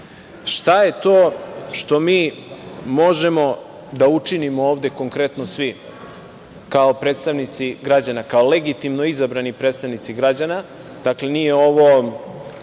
šta je to što mi možemo da učinimo ovde konkretno svi kao predstavnici građana, kao legitimno izabrani predstavnici građana? Nije ovo